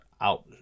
out